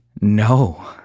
no